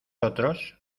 otros